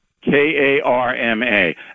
K-A-R-M-A